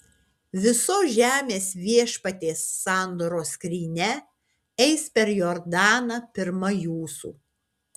visos žemės viešpaties sandoros skrynia eis per jordaną pirma jūsų